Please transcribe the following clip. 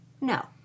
No